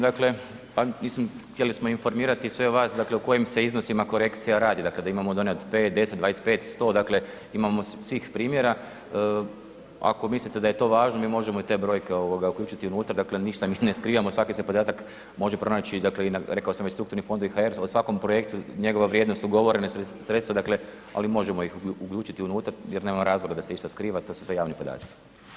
Dakle, pa mislim, htjeli smo informirati sve vas dakle o kojim se iznosima korekcija radi, dakle da imamo one od 5, 10, 20, 100, dakle imamo svih primjera, ako mislite da je to važno, mi možemo i te brojke uključiti unutra, dakle ništa mi ne skrivamo, svaki se podatak može pronaći i na rekao sam već strukturnifondovi.hr o svakom projektu njegova vrijednost ugovorena sredstva ali možemo ih uključiti unutra jer nema razloga da se išta skriva, to su sve javni podaci.